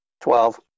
Twelve